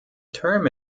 term